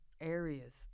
areas